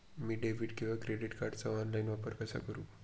मी debit किंवा credit कार्डचा online वापर कसा करु?